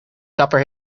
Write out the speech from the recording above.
kapper